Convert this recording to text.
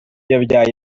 yabyaye